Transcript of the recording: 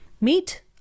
Meet